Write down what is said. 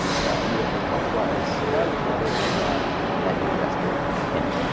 like i knew what bitcoin was, but i was just never like that that interested in it.